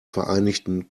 vereinigten